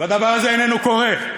הדבר הזה איננו קורה.